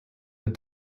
but